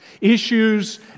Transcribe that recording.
issues